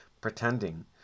pretending